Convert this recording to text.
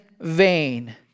vain